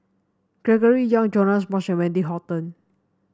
Gregory Yong Joash Moo Wendy Hutton